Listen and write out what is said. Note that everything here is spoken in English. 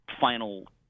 final